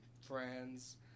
friends